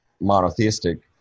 monotheistic